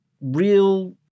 real